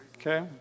Okay